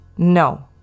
No